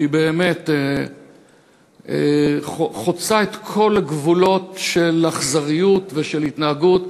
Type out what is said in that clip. שבאמת חוצה את כל הגבולות של האכזריות ושל ההתנהגות,